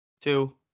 Two